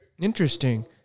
Interesting